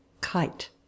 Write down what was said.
kite